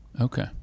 Okay